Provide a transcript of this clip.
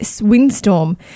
windstorm